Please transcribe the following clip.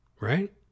right